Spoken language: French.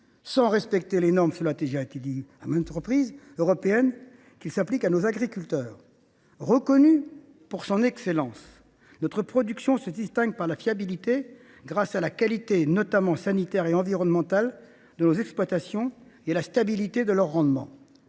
sans respecter les normes européennes – cela a déjà été souligné à maintes reprises – qui s’appliquent à nos agriculteurs. Reconnue pour son excellence, notre production se distingue par sa fiabilité, grâce à la qualité, notamment sanitaire et environnementale, de nos exploitations et à la stabilité de leur rendement.